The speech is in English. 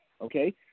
okay